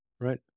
right